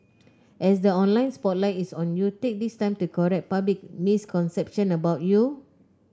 as the online spotlight is on you take this time to correct public misconception about you